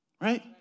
right